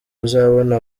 uzabona